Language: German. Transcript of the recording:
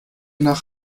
nach